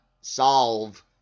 solve